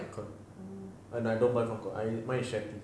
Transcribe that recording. koi and I don't buy from koi I mine is share tea